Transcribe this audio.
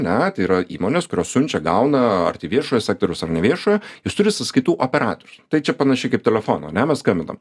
ne tai yra įmonės kurios siunčia gauna ar tai viešojo sektoriaus ar neviešojo jis turi sąskaitų operatorius tai čia panašiai kaip telefono ane mes skambinam